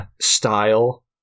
style